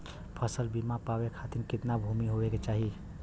फ़सल बीमा पावे खाती कितना भूमि होवे के चाही?